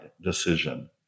decision